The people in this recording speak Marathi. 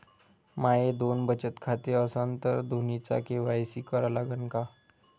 माये दोन बचत खाते असन तर दोन्हीचा के.वाय.सी करा लागन का?